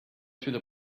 through